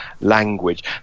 language